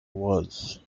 was